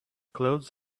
clothes